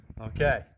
Okay